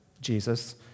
Jesus